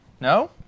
No